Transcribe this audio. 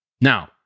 Now